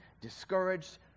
discouraged